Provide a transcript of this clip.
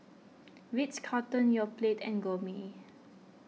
Ritz Carlton Yoplait and Gourmet